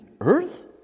earth